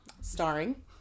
Starring